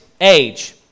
age